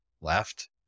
left